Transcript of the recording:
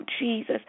Jesus